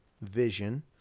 Vision